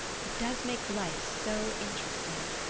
it does make life so interesting.